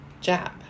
jab